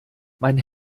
mein